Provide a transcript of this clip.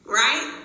right